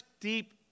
deep